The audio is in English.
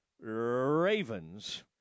Ravens